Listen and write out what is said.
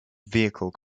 vehicle